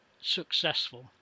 successful